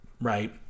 right